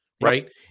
right